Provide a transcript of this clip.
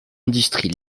industrie